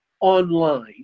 online